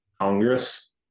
Congress